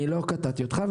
סליחה, אני לא קטעתי אותך.